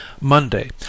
monday